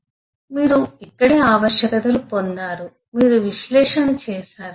కాబట్టి మీరు ఇక్కడే ఆవశ్యకతలు పొందారు మీరు విశ్లేషణ చేసారు